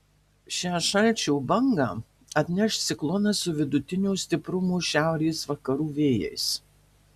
šią šalčio bangą atneš ciklonas su vidutinio stiprumo šiaurės vakarų vėjais